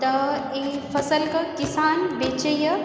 तऽ ई फसल कऽ किसान बेचैया